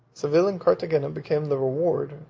seville and carthagena became the reward,